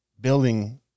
building